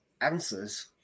answers